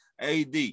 AD